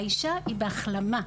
האישה היא בהחלמה.